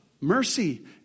mercy